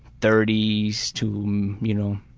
thirty s to you know,